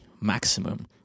maximum